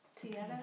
together